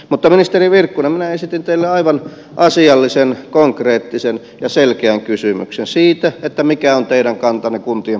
mutta ministeri virkkunen minä esitin teille aivan asiallisen konkreettisen ja selkeän kysymyksen siitä mikä on teidän kantanne kuntien pakkoliitoksiin